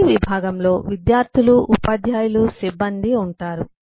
ప్రతి విభాగంలో విద్యార్థులు ఉపాధ్యాయులు సిబ్బంది ఉంటారు